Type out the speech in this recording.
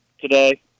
today